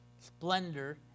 splendor